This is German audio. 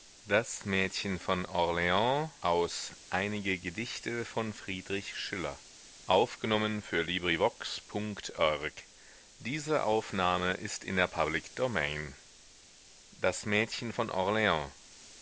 das mädchen aus der fremde das mädchen